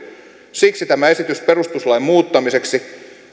siksi tämä esitys perustuslain muuttamiseksi